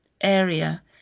area